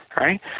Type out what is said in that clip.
right